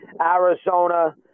Arizona